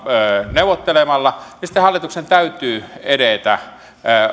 neuvottelemalla niin sitten hallituksen täytyy edetä